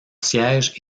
siège